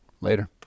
Later